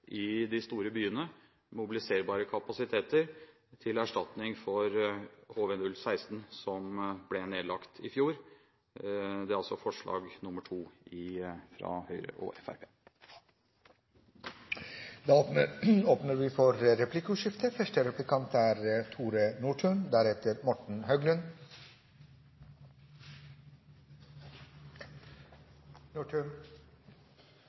i de store byene, mobiliserbare kapasiteter, til erstatning for HV-016, som ble nedlagt i fjor. Det er altså forslag nr. 2, fra Høyre og Fremskrittspartiet. Det blir replikkordskifte. Det er mye vi